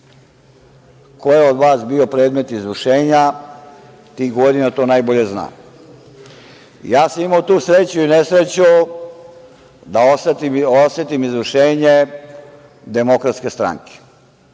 Ko je od vas bio predmet izvršenja tih godina to najbolje zna. Ja sam imao tu sreću i nesreću da osetim izvršenje DS. Bojan